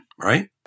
right